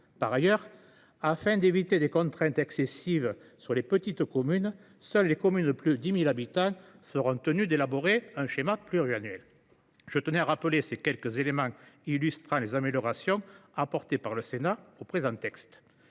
Par ailleurs, afin d’éviter des contraintes excessives sur les petites communes, seules celles de plus de 10 000 habitants seront tenues d’élaborer un schéma pluriannuel. Ces quelques éléments illustrent les améliorations apportées par le Sénat au présent texte.